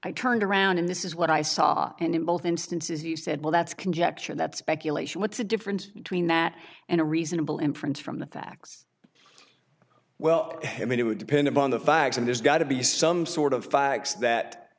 i turned around and this is what i saw and in both instances he said well that's conjecture that speculation what's the difference between that and a reasonable inference from the facts well i mean it would depend upon the facts and there's got to be some sort of facts that